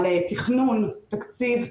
על תכנון תקציב,